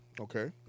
Okay